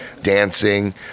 dancing